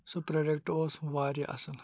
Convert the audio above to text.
سُہ پرٛوڈَکٹ اوس واریاہ اَصٕل